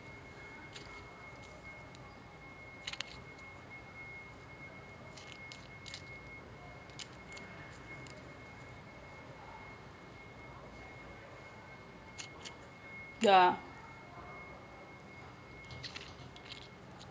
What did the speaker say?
yeah